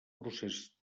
procés